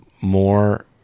more